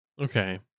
Okay